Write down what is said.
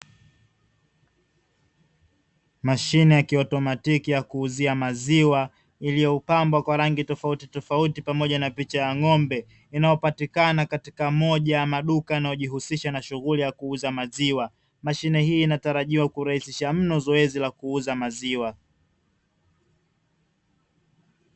Mashine ya kiautomatiki ya kuuzia maziwa iliyopambwa kwa rangi tofautitofauti pamoja na picha ya ng'ombe inayopatikana katika moja ya maduka yanayojihusisha na shughuli ya kuuza maziwa. Mashine hiyo inatarajia kurahisisha mno zoezi la kuuza maziwa.